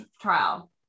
trial